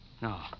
No